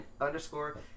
underscore